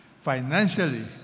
financially